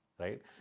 right